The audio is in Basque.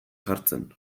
jartzen